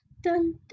dun